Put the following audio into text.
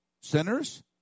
Sinners